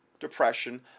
Depression